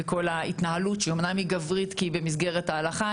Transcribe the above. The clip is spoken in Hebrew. וכל ההתנהלות שאמנם היא גברית כי היא במסגרת ההלכה,